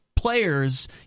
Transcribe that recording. players